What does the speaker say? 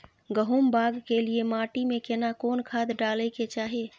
गहुम बाग के लिये माटी मे केना कोन खाद डालै के चाही?